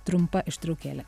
trumpa ištraukėlė